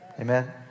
Amen